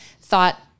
thought